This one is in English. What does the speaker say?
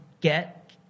get